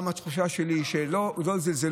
גם לפי התחושה שלי לא זלזלו,